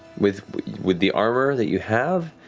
with with the armor that you have,